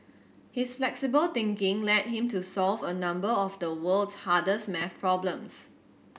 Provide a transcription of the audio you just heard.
his flexible thinking led him to solve a number of the world's hardest maths problems